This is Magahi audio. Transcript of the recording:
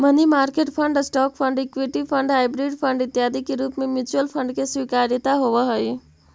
money market fund, stock fund, equity fund, hybrid fund इत्यादि के रूप में म्यूचुअल फंड के स्वीकार्यता होवऽ हई